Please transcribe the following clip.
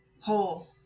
Whole